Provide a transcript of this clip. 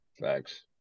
Thanks